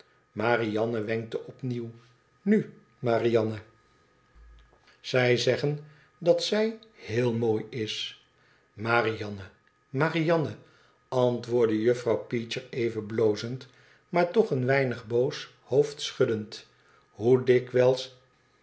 marianne wenkte opnieuw nu marianne zij zeggen dat zij heel mooi is marianne marianne antwoordde juffrouw peecher even blozend maar toch een weinig boos hoofdschuddend hoe dikwijls